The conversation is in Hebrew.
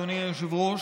אדוני היושב-ראש,